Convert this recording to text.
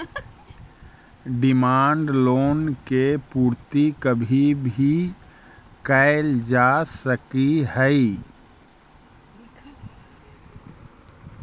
demand loan के पूर्ति कभी भी कैल जा सकऽ हई